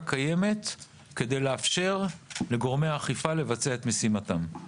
קיימת כדי לאפשר לגורמי האכיפה לבצע את משימתם.